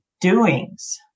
doings